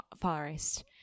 forest